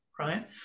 Right